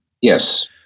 Yes